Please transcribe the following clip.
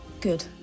Good